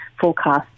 forecast